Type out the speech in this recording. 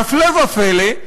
והפלא ופלא,